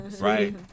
right